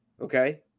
okay